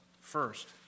first